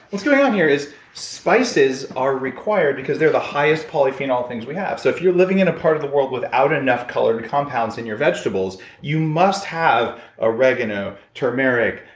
what's going on here is spices are required because they're the highest polyphenol things we have. so if you're living in a part of the world without enough colored compounds in your vegetables, you must have oregano, turmeric,